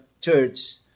church